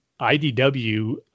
IDW